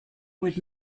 would